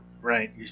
right